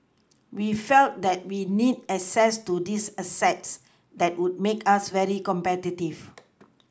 we felt that we needed access to these assets that would make us very competitive